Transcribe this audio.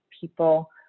people